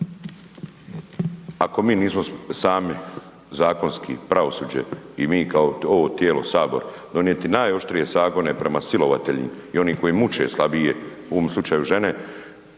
Ako mi nismo sami zakonski pravosuđe i mi kao tijelo Sabor donijeti najoštrije zakone prema silovateljima i oni koji muče slabije u ovom slučaju žene,